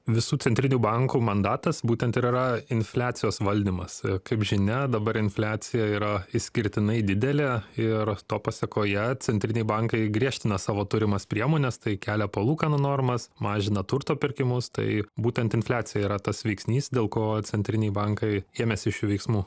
visų centrinių bankų mandatas būtent ir yra infliacijos valdymas kaip žinia dabar infliacija yra išskirtinai didelė ir to pasekoje centriniai bankai griežtina savo turimas priemones tai kelia palūkanų normas mažina turto pirkimus tai būtent infliacija yra tas veiksnys dėl ko centriniai bankai ėmėsi šių veiksmų